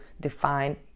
define